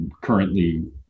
currently